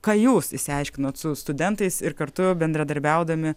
ką jūs išsiaiškinot su studentais ir kartu bendradarbiaudami